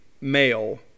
male